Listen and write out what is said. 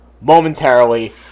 momentarily